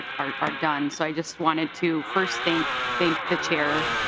are are done so i just wanted to first thank thank the chair